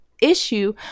issue